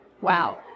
Wow